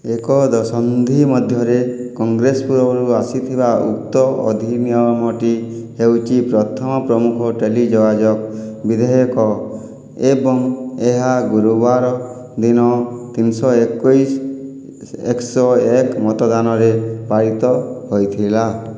ଏକ ଦଶନ୍ଧି ମଧ୍ୟରେ କଂଗ୍ରେସ ପୂର୍ବରୁ ଆସିଥିବା ଉକ୍ତ ଅଧିନିୟମଟି ହେଉଛି ପ୍ରଥମ ପ୍ରମୁଖ ଟେଲି ଯୋଗାଯୋଗ ବିଧେୟକ ଏବଂ ଏହା ଗୁରୁବାର ଦିନ ତିନିଶହ ଏକୋଇଶ୍ ଏକ୍ ସୋ ଏକ୍ ମତଦାନରେ ପାରିତ ହୋଇଥିଲା